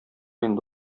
инде